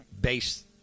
base